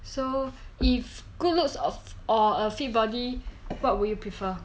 so if good looks of or a good body what would you prefer